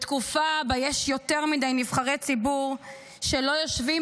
בתקופה שבה יש יותר מדי נבחרי ציבור שלא יושבים